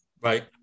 Right